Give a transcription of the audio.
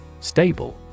Stable